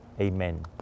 Amen